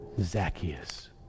Zacchaeus